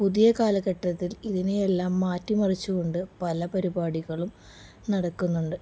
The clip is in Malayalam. പുതിയ കാലഘട്ടത്തിൽ ഇതിനെയെല്ലാം മാറ്റിമറിച്ച് കൊണ്ട് പല പരിപാടികളും നടക്കുന്നുണ്ട്